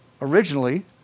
Originally